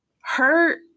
hurt